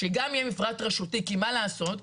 שגם יהיה מפרט רשותי, כי מה לעשות?